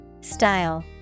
Style